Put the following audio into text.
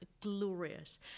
glorious